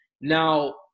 Now